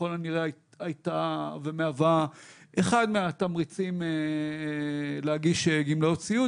ככל הנראה הייתה ומהווה אחד מהתמריצים להגיש גמלאות סיעוד,